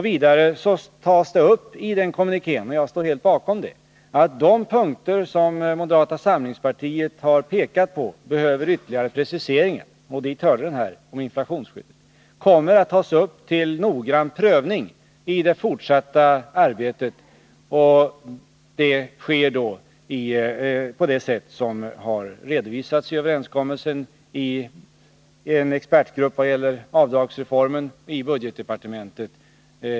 Vidare sägs i den kommunikén, och jag står helt bakom det, att de punkter som moderata samlingspartiet har pekat på kommer att tas upp till noggrann prövning i det fortsatta arbetet. Det sker på det sätt som har redovisats i överenskommelsen — i en expertgrupp vad gäller avdragsreformen och i Övrigt i budgetdepartementet.